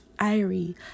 Irie